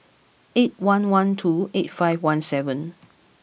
eight one one two eight five one seven